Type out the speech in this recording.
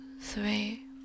three